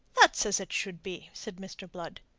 that's as it should be, said mr. blood.